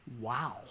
Wow